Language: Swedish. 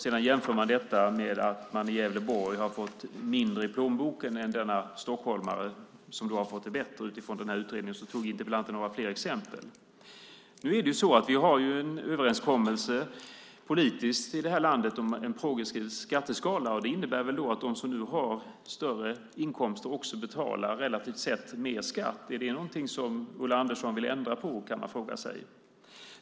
Sedan jämför man detta med att man i Gävleborg har fått mindre i plånboken än denna stockholmare, som har fått det bättre enligt denna utredning. Interpellanten hade fler exempel. Nu är det så att vi har en överenskommelse politiskt i landet om en progressiv skatteskala. Det innebär att de som nu har större inkomster också betalar mer i skatt relativt sett. Är det någonting som Ulla Andersson vill ändra på? kan man fråga sig.